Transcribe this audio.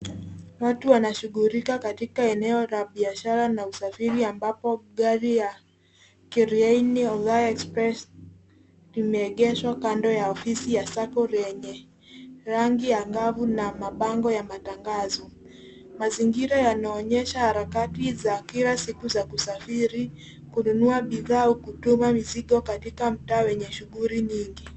Watu wanashughulika katika eneo la biashara na usafiri, ambapo gari ya Kiriani Othaya Express imeegeshwa kando ya ofisi ya Sacco lenye rangi angavu na mabango ya matangazo. Mazingira yanaonyesha harakati za kila siku za kusafiri, kununua bidhaa au kutuma mizigo katika mtaa wenye shughuli nyingi.